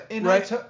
Right